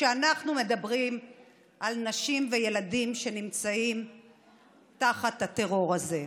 כשאנחנו מדברים על נשים וילדים שנמצאים תחת הטרור הזה.